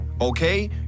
Okay